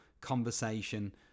conversation